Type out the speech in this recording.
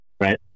Right